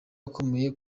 akomeye